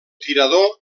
tirador